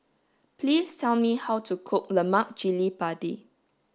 please tell me how to cook Lemak Cili Padi